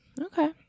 Okay